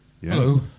Hello